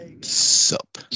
Sup